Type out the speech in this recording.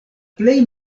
plej